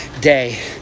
day